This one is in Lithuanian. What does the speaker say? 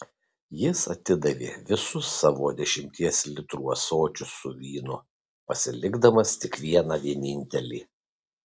jis atidavė visus savo dešimties litrų ąsočius su vynu pasilikdamas tik vieną vienintelį